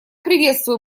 приветствую